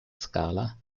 scala